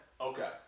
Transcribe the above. Okay